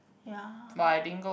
ya